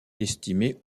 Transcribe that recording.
estimé